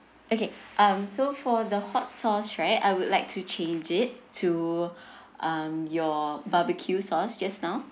okay um so for the hot sauce right I would like to change it to um your barbecue sauce just now